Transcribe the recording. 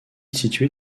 située